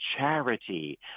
charity